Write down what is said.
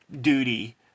duty